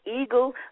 eagle